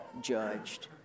judged